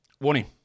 warning